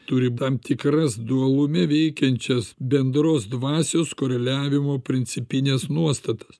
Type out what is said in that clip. turi tam tikras dualume veikiančias bendros dvasios koreliavimo principines nuostatas